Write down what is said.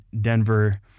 Denver